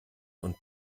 und